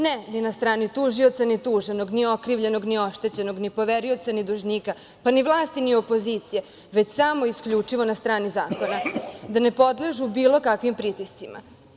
Ne ni na strani tužioca, ni tuženog, ni okrivljenog, ni oštećenog, ni poverioca, ni dužnika, pa ni vlasti, niti opozicije, već samo i isključivo na strani zakona, da ne podležu bilo kakvim pritiscima.